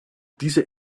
diese